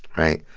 right?